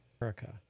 America